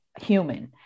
human